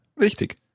Richtig